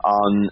on